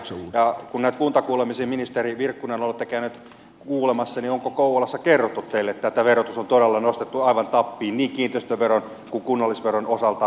kun näitä kuntakuulemisia ministeri virkkunen olette käynyt kuulemassa niin onko kouvolassa kerrottu teille että verotus on todella nostettu aivan tappiin niin kiinteistöveron kuin kunnallisveron osalta